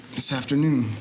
this afternoon.